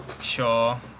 sure